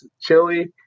chili